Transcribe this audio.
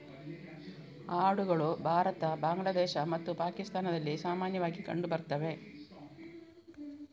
ಆಡುಗಳು ಭಾರತ, ಬಾಂಗ್ಲಾದೇಶ ಮತ್ತು ಪಾಕಿಸ್ತಾನದಲ್ಲಿ ಸಾಮಾನ್ಯವಾಗಿ ಕಂಡು ಬರ್ತವೆ